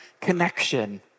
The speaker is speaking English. connection